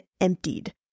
emptied